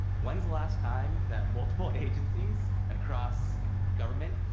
when is the last time that multiple agencies across government,